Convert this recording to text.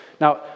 Now